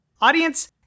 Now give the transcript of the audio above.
Audience